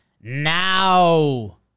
now